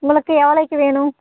உங்களுக்கு எவ்ளோக்கு வேணும்